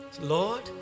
Lord